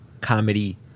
comedy